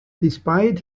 despite